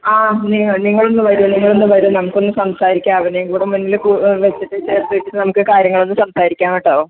ആ നിങ്ങൾ നിങ്ങളൊന്ന് വരൂ നിങ്ങൾ ഒന്ന് വരൂ നമുക്കൊന്ന് സംസാരിക്കാം അവനേയും കൂടെ മുന്നിൽ കു വെച്ചിട്ട് ചേർത്ത് വെച്ചിട്ട് നമുക്ക് കാര്യങ്ങളൊന്ന് സംസാരിക്കാം കേട്ടോ